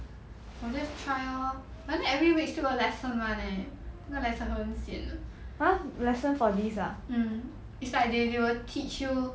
我 just try lor but then every week still got lesson [one] leh 那个 lesson 很 sian 的 mm it's like they they will teach you